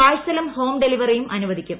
പാഴ്സലും home ഡെലിവറിയും അനുവദിക്കും